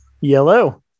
Yellow